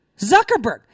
Zuckerberg